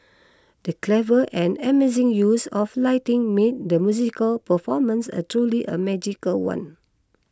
the clever and amazing use of lighting made the musical performance a truly a magical one